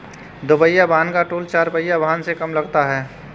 दुपहिया वाहन का टोल चार पहिया वाहन से कम लगता है